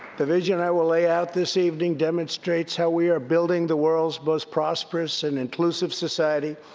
the vision i will lay out this evening demonstrates how we are building the world's most prosperous and inclusive society,